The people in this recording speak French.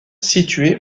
situé